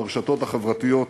ברשתות החברתיות.